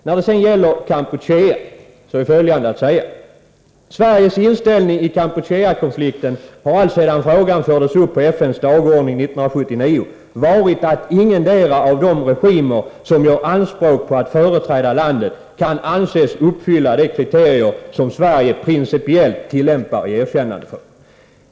När det sedan gäller Kampuchea är följande att säga: Sveriges inställning i Kampucheakonflikten har alltsedan frågan fördes upp på FN:s dagordning 1979 varit att ingendera av de regimer som gör anspråk på att företräda landet kan anses uppfylla de kriterier som Sverige principiellt tillämpar i erkännandefrågor.